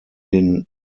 den